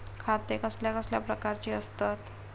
खाते कसल्या कसल्या प्रकारची असतत?